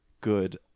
good